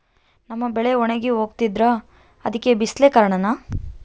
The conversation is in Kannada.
ನಮ್ಮ ಬೆಳೆ ಒಣಗಿ ಹೋಗ್ತಿದ್ರ ಅದ್ಕೆ ಬಿಸಿಲೆ ಕಾರಣನ?